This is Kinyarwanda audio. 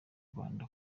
rwanda